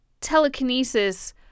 telekinesis